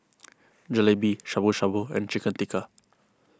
Jalebi Shabu Shabu and Chicken Tikka